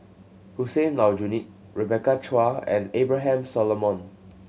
Hussein Aljunied Rebecca Chua and Abraham Solomon